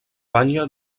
banya